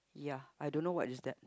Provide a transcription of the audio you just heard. ya I don't know what is that